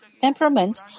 temperament